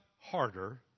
harder